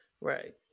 right